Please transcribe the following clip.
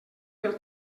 pel